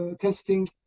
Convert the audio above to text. testing